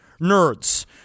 nerds